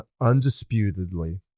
undisputedly